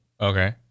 Okay